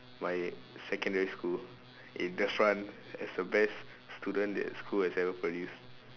my secondary school in the front as the best student that school has ever produced